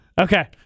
Okay